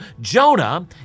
Jonah